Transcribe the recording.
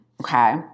Okay